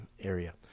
area